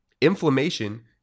Inflammation